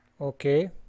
okay